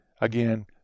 again